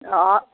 हँ